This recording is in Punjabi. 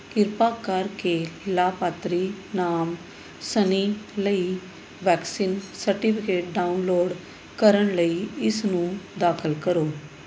ਕਿਰਪਾ ਕਰਕੇ ਲਾਭਪਾਤਰੀ ਨਾਮ ਸਨੀ ਲਈ ਵੈਕਸੀਨ ਸਰਟੀਫਿਕੇਟ ਡਾਊਨਲੋਡ ਕਰਨ ਲਈ ਇਸਨੂੰ ਦਾਖਲ ਕਰੋ